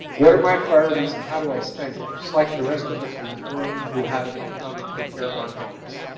what are my priorities and how do i spend it just like the rest of us in this room who have an income and take care of our homes.